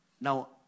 Now